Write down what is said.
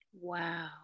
Wow